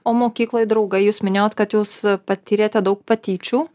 o mokykloj draugai jūs minėjote kad jūs patyrėte daug patyčių